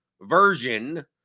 version